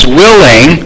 willing